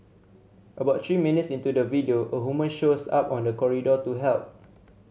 about three minutes into the video a woman shows up on the corridor to help